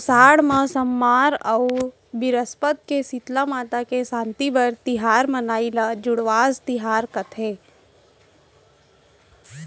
असाड़ के सम्मार अउ बिरस्पत के सीतला माता के सांति बर तिहार मनाई ल जुड़वास तिहार कथें